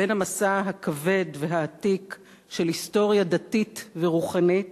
בין המשא הכבד והעתיק של היסטוריה דתית ורוחנית,